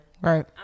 Right